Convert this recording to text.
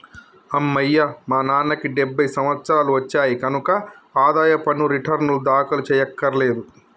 అమ్మయ్యా మా నాన్నకి డెబ్భై సంవత్సరాలు వచ్చాయి కనక ఆదాయ పన్ను రేటర్నులు దాఖలు చెయ్యక్కర్లేదులే